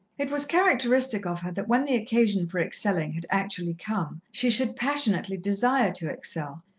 it was characteristic of her that when the occasion for excelling had actually come, she should passionately desire to excel,